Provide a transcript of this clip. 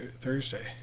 Thursday